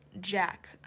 Jack